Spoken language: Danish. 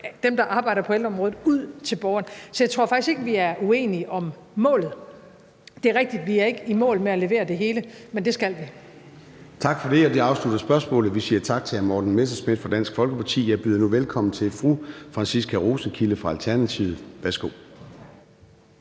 dem, der arbejder på ældreområdet, ud til borgeren. Så jeg tror faktisk ikke, at vi er uenige om målet. Det er rigtigt, at vi ikke er i mål med at levere det hele, men det skal vi. Kl. 14:05 Formanden (Søren Gade): Tak for det. Det afslutter spørgsmålet. Vi siger tak til hr. Morten Messerschmidt fra Dansk Folkeparti. Jeg byder nu velkommen til fru Franciska Rosenkilde fra Alternativet. Værsgo.